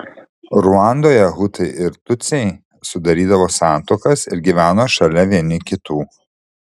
ruandoje hutai ir tutsiai sudarydavo santuokas ir gyveno šalia vieni kitų